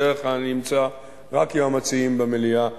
בדרך כלל אני נמצא רק עם המציעים במליאה,